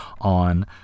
on